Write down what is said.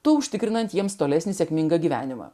tuo užtikrinant jiems tolesnį sėkmingą gyvenimą